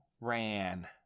ran